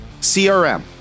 CRM